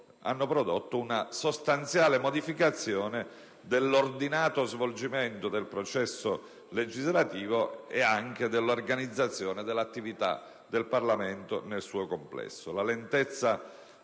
ha prodotto una sostanziale modificazione dell'ordinato svolgimento del processo legislativo e anche dell'organizzazione dell'attività del Parlamento nel suo complesso: la lentezza